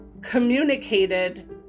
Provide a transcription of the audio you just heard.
communicated